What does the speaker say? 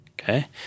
Okay